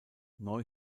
neu